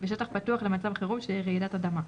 ושטח פתוח למצב חירום של רעידת אדמה,